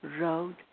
road